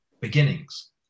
beginnings